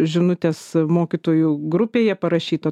žinutės mokytojų grupėje parašyta